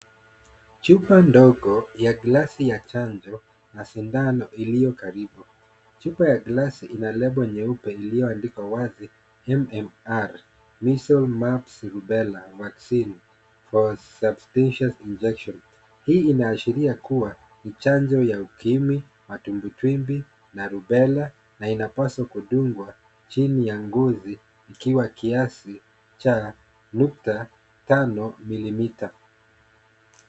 Chupa ndogo ya glasi ya chanzo na sindano iliyo karibu. Chupa ya glasi ina lebo nyeupe iliyoandikwa wazi MMR Miscel Maps Rubella Vaccine for Substance Injection . Hii inaashiria kuwa mchango ya ukimwi, matumbutumbi, na rubella na inapaswa kudungwa chini ya nguzi, ikiwa kiasi cha nukta tano mm.